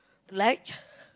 like